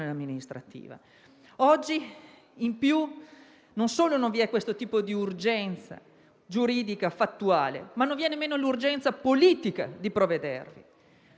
amministrativa. Oggi, inoltre, non solo non vi è questo tipo di urgenza giuridica e fattuale, ma non vi è nemmeno l'urgenza politica di provvedervi.